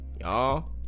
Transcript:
y'all